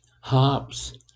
harps